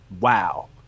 wow